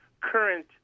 current